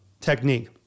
technique